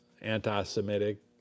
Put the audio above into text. anti-Semitic